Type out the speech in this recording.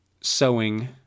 sewing